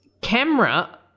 camera